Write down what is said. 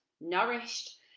nourished